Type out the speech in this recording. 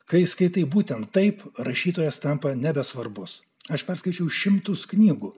kai skaitai būtent taip rašytojas tampa nebesvarbus aš perskaičiau šimtus knygų